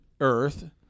earth